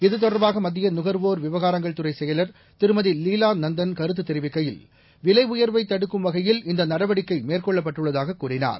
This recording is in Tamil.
இதுதொடர்பாக மத்திய நுகர்வோர் விவகாரங்கள்துறை செயலர் திருமதி லீவா நந்தன் கருத்து தெரிவிக்கையில் விலை உயர்வை தடுக்கும் வகையில் இந்த நடவடிக்கை மேற்கொள்ளப்பட்டுள்ளதாக கூறினார்